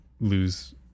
lose